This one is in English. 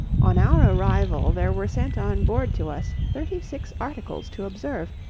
on our arrival, there were sent on board to us thirty-six articles to observe,